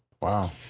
Wow